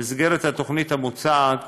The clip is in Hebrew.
במסגרת התוכנית המוצעת